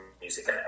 music